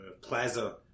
plaza